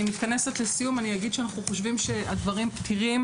לסיום, אני אגיד שאנחנו חושבים שהדברים פתירים